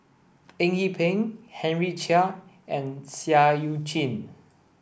Eng Yee Peng Henry Chia and Seah Eu Chin